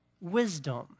wisdom